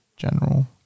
general